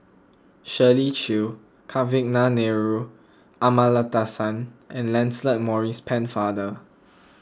Shirley Chew Kavignareru Amallathasan and Lancelot Maurice Pennefather